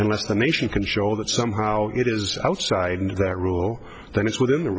unless the nation can show that somehow it is outside that rule then it's within the